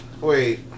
Wait